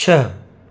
छह